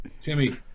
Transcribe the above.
Timmy